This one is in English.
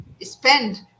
spend